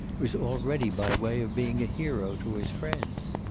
was already by way of being a hero to his friends.